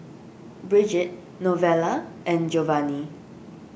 Bridgette Novella and Geovanni